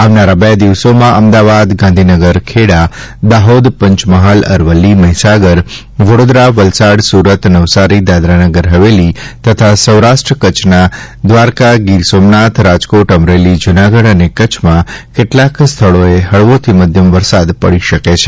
આવનારા બે દિવસોમાં અમદાવાદ ગાંધીનગર ખેડા દાહોદ પંચમહાલ અરવલ્લી મહિસાગર વડોદરા વલસાડ સુરત નવસારી દાદરા નગર હવેલી તથા સૌરાષ્ટ્ર કચ્છના દ્વારકા ગીર સોમનાથ રાજકોટ અમરેલી જૂનાગઢ અને કચ્છમાં કેટલાંક સ્થળોએ હળવોથી મધ્યમ વરસાદ પડી શકે છે